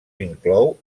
inclou